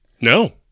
No